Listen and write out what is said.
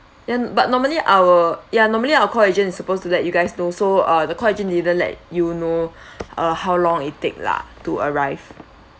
then but normally our ya normally our call agent supposed to let you guys know so uh the call agent didn't let you know uh how long it take lah to arrive